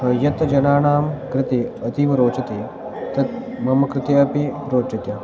यत् जनानां कृते अतीव रोचते तत् मम कृते अपि रोचते